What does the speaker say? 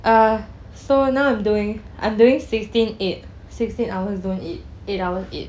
uh so now I'm doing I'm doing sixteen eight sixteen hours don't eat eight hours eat